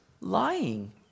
lying